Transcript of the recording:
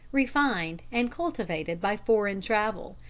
refined and cultivated by foreign travel,